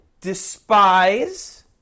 despise